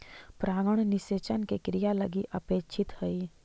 परागण निषेचन के क्रिया लगी अपेक्षित हइ